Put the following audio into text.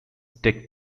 ticked